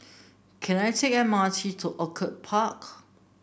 can I take the M R T to Orchid Park